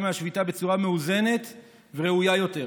מהשביתה בצורה מאוזנת וראויה יותר,